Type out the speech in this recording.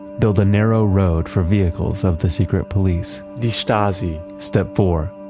build a narrow road for vehicles of the secret police the stasi step four.